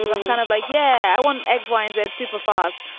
i'm kind of like, yeah, i want x, y and z super fast.